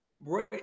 right